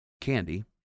Candy